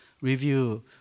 Review